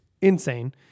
insane